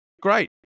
great